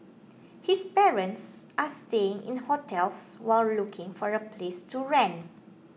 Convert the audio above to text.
his parents are staying in hotels while looking for a place to rent